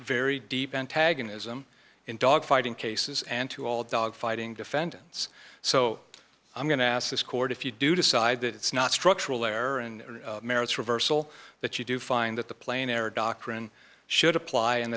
very deep antagonism in dogfighting cases and to all dogfighting defendants so i'm going to ask this court if you do decide that it's not structural error and merits reversal that you do find that the plane error doctrine should apply and